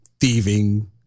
thieving